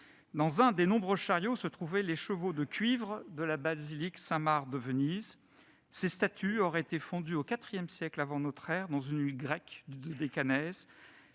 Dans l'un des nombreux charriots se trouvaient les chevaux de cuivre de la basilique Saint-Marc de Venise. Ces statues auraient été fondues au IV siècle avant notre ère, dans une île grecque du Dodécanèse,